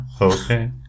Okay